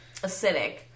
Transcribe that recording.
acidic